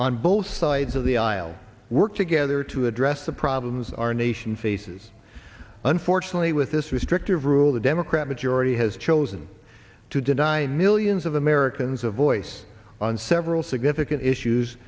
on both sides of the aisle work together to address the problems our nation faces unfortunately with this restrictive rule the democrat majority has chosen to deny millions of americans of voice on several significant issues